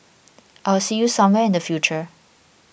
I'll see you somewhere in the future